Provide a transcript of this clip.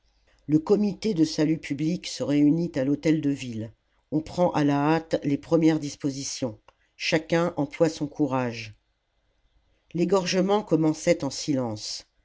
le comité de salut public se réunit à l'hôtel-de-ville on prend à la hâte les premières dispositions chacun emploie son courage l'égorgement commençait en silence